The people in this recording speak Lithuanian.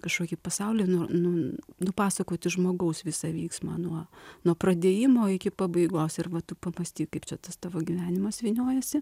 kažkokį pasaulį nu nu nupasakoti žmogaus visą vyksmą nuo nuo pradėjimo iki pabaigos ir va tu pamąstyk kaip čia tas tavo gyvenimas vyniojasi